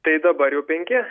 tai dabar jau penki